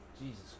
Jesus